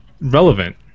relevant